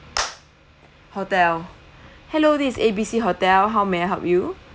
hotel hello this is A_B_C hotel how may I help you